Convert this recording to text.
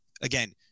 again